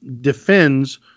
defends